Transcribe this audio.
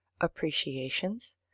Appreciations